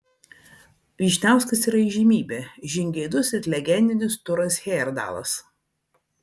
vyšniauskas yra įžymybė žingeidus it legendinis turas hejerdalas